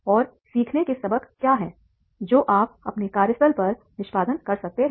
और सीखने के सबक क्या हैं जो आप अपने कार्यस्थल पर निष्पादन कर सकते हैं